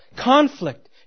conflict